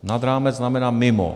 Nad rámec znamená mimo.